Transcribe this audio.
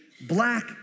black